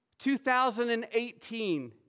2018